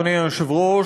אדוני היושב-ראש,